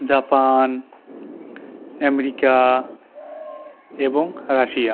Japan America এবং Russia